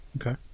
Okay